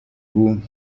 vous